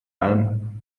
alm